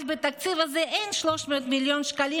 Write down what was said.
אבל בתקציב הזה אין 300 מיליון שקלים,